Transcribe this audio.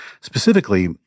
Specifically